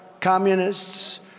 communists